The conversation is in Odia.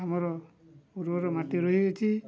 ଆମର ଉର୍ବର ମାଟି ରହିଅଛି